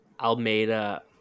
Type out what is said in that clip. Almeida